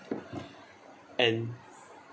and